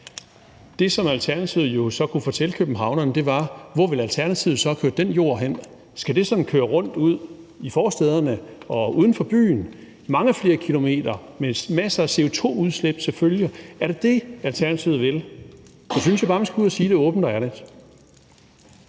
Det, som Alternativet jo så kunne fortælle københavnerne, var, hvor Alternativet så ville køre den jord hen. Skal den sådan køres rundt ude i forstæderne og uden for byen, altså mange flere kilometer med masser af CO2-udslip til følge? Er det det, Alternativet vil? For så synes jeg bare, at man skulle gå ud og sige det åbent og ærligt.